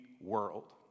world